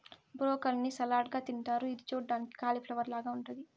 broccoli ని salad గా తింటారు ఇది చూడ్డానికి కాలిఫ్లవర్ లాగ ఉంటాది